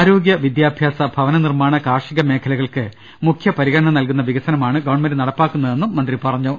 ആരോഗ്യ വിദ്യാഭ്യാസ ഭവനനിർമാണ കാർഷിക മേഖലകൾക്ക് മുഖ്യ പരിഗണന നൽകുന്ന വികസനമാണ് ഗവൺമെന്റ് നടപ്പിലാക്കുന്നതെന്നും മന്ത്രി പറഞ്ഞു